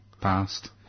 past